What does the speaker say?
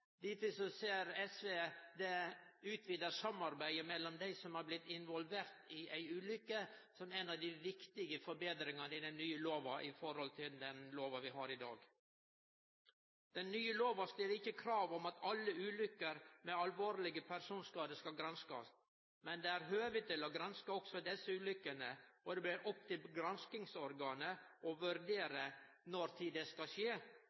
ser SV det utvida samarbeidet mellom dei involverte i ei ulykke som ei av dei viktige forbetringane i den nye lova i forhold til den lova vi har i dag. Den nye lova stiller ikkje krav om at alle ulykker med alvorlege personskadar skal granskast, men det er høve til å granske også desse ulykkene. Det blir opp til granskingsorganet å vurdere når det skal skje.